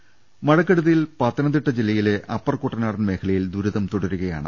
രദ്ദേഷ്ടങ മഴക്കെടുതിയിൽ പത്തനംതിട്ട ജില്ലയിലെ അപ്പർ കുട്ടനാടൻ മേഖലയിൽ ദുരിതം തുടരുകയാണ്